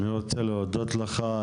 אני רוצה להודות לך.